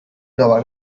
nova